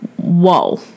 whoa